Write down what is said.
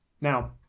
Now